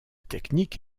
technique